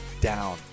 down